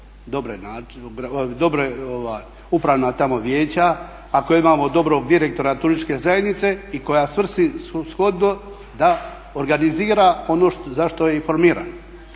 dobra upravna vijeća, ako imamo dobrog direktora turističke zajednice i koja svrsishodno da organizira ono za što je i formirana.